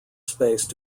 space